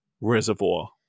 reservoir